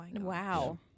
wow